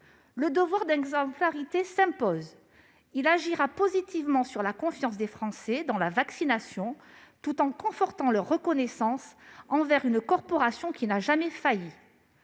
Le devoir d'exemplarité s'impose. Cette exemplarité agira positivement sur la confiance des Français dans la vaccination, tout en confortant leur reconnaissance envers une corporation qui n'a jamais failli.